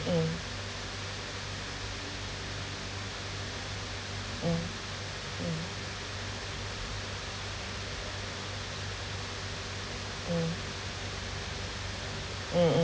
mm mm mm mm mm mm